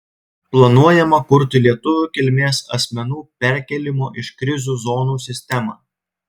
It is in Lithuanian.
planuojama kurti lietuvių kilmės asmenų perkėlimo iš krizių zonų sistemą